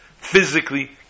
physically